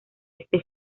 este